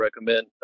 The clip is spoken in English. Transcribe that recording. recommend